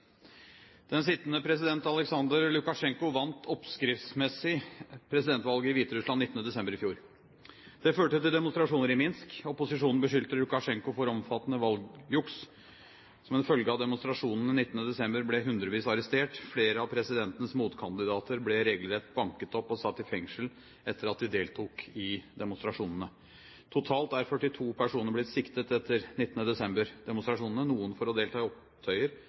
Den sittende president, Aleksandr Lukasjenko, vant oppskriftsmessig presidentvalget i Hviterussland 19. desember i fjor. Det førte til demonstrasjoner i Minsk. Opposisjonen beskyldte Lukasjenko for omfattende valgjuks. Som en følge av demonstrasjonene 19. desember ble hundrevis arrestert. Flere av presidentens motkandidater ble regelrett banket opp og satt i fengsel etter at de deltok i demonstrasjonene. Totalt er 42 personer blitt siktet etter 19. desember-demonstrasjonene – noen for å delta i opptøyer,